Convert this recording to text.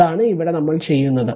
അതാണ് ഇവിടെ നമ്മൾ ചെയ്യുന്നത്